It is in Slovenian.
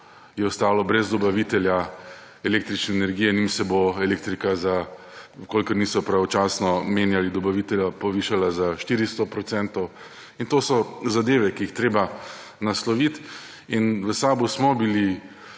je ostalo brez dobavitelja električne energije, njim se bo elektrika za v kolikor niso pravočasno menjali dobavitelja povišala za 400 %. In to so zadeve, ki jih je treba nasloviti. V SAB smo bili